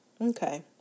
Okay